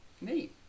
Neat